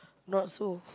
not so